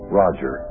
roger